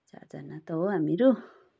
चारजना त हो हामीहरू